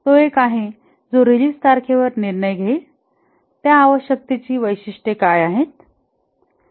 तो एक आहे जो रीलिझ तारखेवर निर्णय घेईल त्या आवश्यकतेची वैशिष्ट्ये काय आहेत